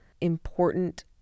important